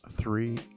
three